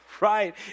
Right